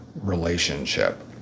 relationship